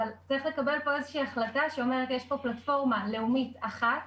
אבל צריך לקבל איזושהי החלטה שאומרת: יש פה פלטפורמה לאומית אחת,